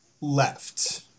left